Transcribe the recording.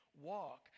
walk